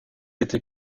été